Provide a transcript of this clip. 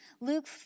Luke